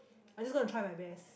I just gonna try my best